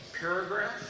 paragraph